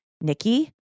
Nikki